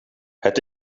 het